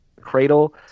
cradle